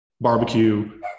barbecue